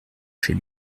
chez